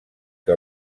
que